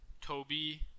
Toby